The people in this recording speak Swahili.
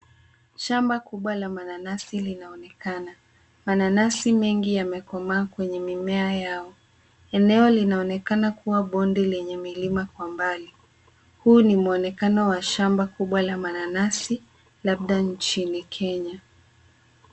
Shamba kubwa la mananasi linaonekana. Mananasi mengi yamekomaa kwenye mimea yao. Eneo linaonekana kuwa bonde lenye milima kwa mbali. Huu ni mwonekano wa shamba kubwa la mananasi labda nchini Kenya.